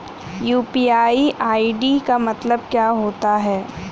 UPI ID का मतलब क्या होता है?